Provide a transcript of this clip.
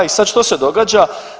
I sad što se događa?